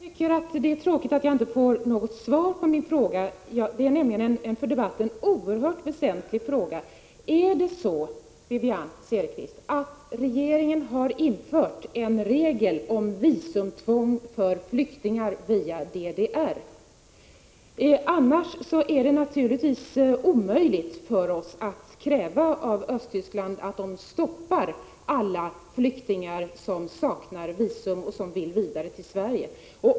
Herr talman! Det är tråkigt att jag inte får något svar på min fråga, som är oerhört väsentlig för debatten. Är det så, Wivi-Anne Cederqvist, att regeringen har infört en regel om visumtvång för flyktingar via DDR? Annars är det naturligtvis omöjligt för oss att kräva att Östtyskland stoppar alla flyktingar som saknar visum och som vill vidare till Sverige.